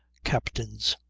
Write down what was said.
captain's!